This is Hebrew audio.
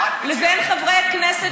מה את מציעה?